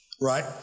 right